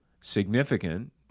significant